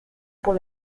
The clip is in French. pour